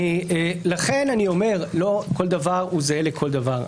אני אומר שלא כל דבר זהה לכל דבר.